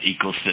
ecosystem